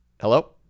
Hello